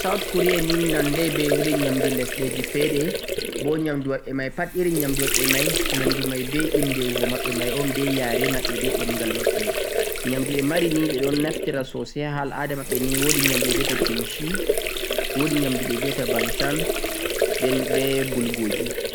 am nyamdu South Korea ni nandai be irin nyamdu lesɗeji fe're, bo nyamdu maɓɓe mai pat irin nyamdu maɓɓe mai, nyamdu mai be inde wuro maɓɓe un be yare maɓɓe, be ɗemgal maɓɓe. Nyamdu ɓe mari ni ɓe ɗon naftira sosai, ha al'ada maɓɓe ni wo'di nyamdu ɓe viyata kimshi, wo'di nyamdu ɓe banshan, be bulgo'gi.